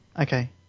Okay